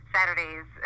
Saturdays